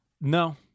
No